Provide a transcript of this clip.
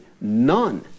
None